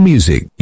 Music